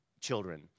children